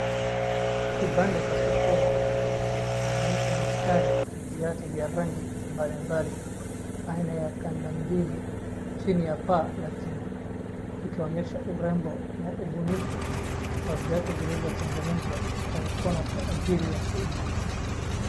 Kibanda cha sokoni kinaonesha mistari ya viatu vya rangi mbalimbali aina ya kanda mbili chini ya paa la chuma kikionyesha urembo wa ubunifu wa viatu vilivyotengenezwa kwa mikono kwa ajili ya kuuzwa.